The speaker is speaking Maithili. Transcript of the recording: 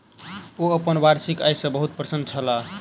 ओ अपन वार्षिक आय सॅ बहुत प्रसन्न छलाह